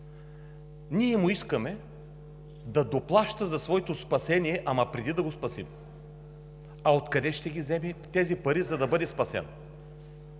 ние му искаме да доплаща за своето спасение, ама преди да го спасим. А откъде ще ги вземе тези пари, за да бъде спасен?